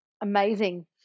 Amazing